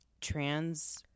trans